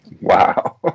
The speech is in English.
Wow